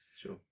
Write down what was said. Sure